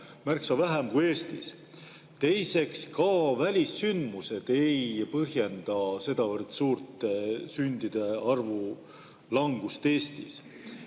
märksa vähem kui Eestis. Teiseks, ka välissündmused ei põhjenda sedavõrd suurt sündide arvu langust Eestis.